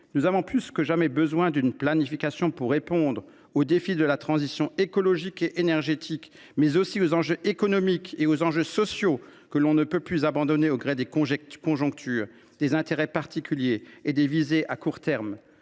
Nous avons plus que jamais besoin de planification pour répondre aux défis de la transition écologique et énergétique, mais aussi aux enjeux économiques et sociaux, que l’on ne peut plus abandonner au gré des conjonctures, des intérêts particuliers et des visées à court terme.